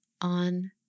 on